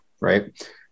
right